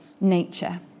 nature